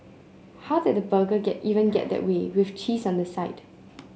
how did the burger even get that way with cheese on the side